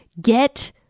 get